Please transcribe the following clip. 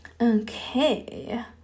okay